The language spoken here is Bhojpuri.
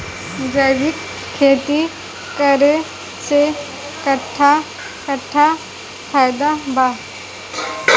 जैविक खेती करे से कट्ठा कट्ठा फायदा बा?